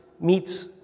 meets